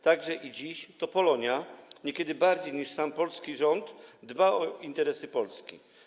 Także i dziś to Polonia, niekiedy bardziej niż sam polski rząd, dba o interesy Polski.